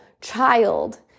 child